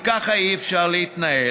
וככה אי-אפשר להתנהל,